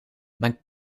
mijn